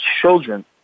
children